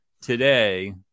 today